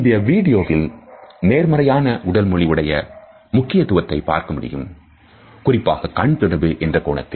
இந்த வீடியோவில் நேர்மறையான உடல் மொழி உடைய முக்கியத்துவத்தை பார்க்க முடியும் குறிப்பாக கண் தொடர்பு என்ற கோணத்தில்